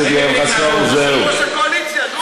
אנחנו מתחייבים שלא להתנגד לשאר הצעות החוק.